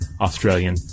Australian